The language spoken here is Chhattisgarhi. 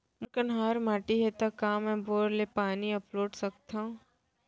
मोर कन्हार माटी हे, त का मैं बोर ले पानी अपलोड सकथव?